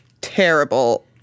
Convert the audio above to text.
terrible